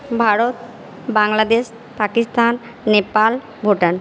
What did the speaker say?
Bharat Bangladesh Pakistan Nepal Bhutan